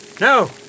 No